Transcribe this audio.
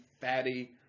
fatty